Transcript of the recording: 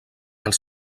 els